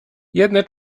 jedne